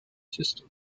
system